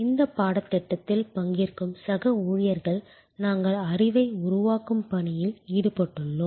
இந்த பாடத்திட்டத்தில் பங்கேற்கும் சக ஊழியர்கள் நாங்கள் அறிவை உருவாக்கும் பணியில் ஈடுபட்டுள்ளோம்